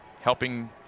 Helping